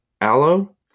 aloe